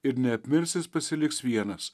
ir neapmirs jis pasiliks vienas